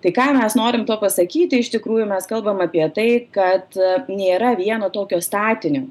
tai ką mes norim tuo pasakyti iš tikrųjų mes kalbam apie tai kad nėra vieno tokio statinio